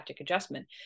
adjustment